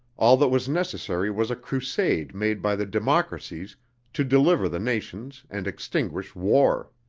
all that was necessary was a crusade made by the democracies to deliver the nations and extinguish war.